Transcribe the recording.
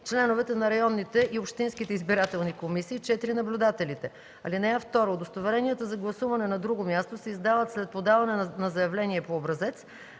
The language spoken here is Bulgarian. членовете на районните и общинските избирателни комисии; 4. наблюдателите. (2) Удостоверенията за гласуване на друго място се издават след подаване на заявление по образец.